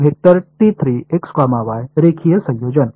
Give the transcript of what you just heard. तर रेखीय संयोजन